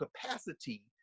capacity